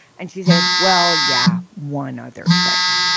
and she said well yeah one other thing.